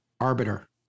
arbiter